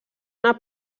una